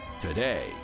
today